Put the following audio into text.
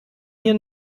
hier